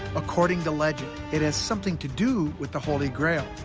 according to legend, it has something to do with the holy grail,